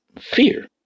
fear